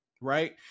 right